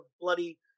bloody